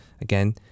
Again